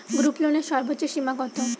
গ্রুপলোনের সর্বোচ্চ সীমা কত?